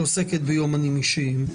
שעוסקת ביומנים אישיים,